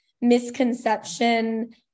misconception